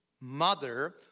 mother